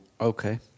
okay